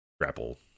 grapple